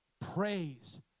praise